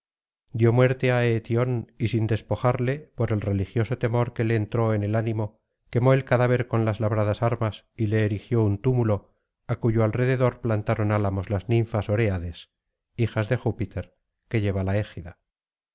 dio muerte á eetión y sin despojarle por el religioso temor que le entró en el ánimo quemó el cadáver con las labradas armas y le erigió un túmulo á cuyo alrededor plantaron álamos las ninfas oréades hijas de júpiter que lleva la égida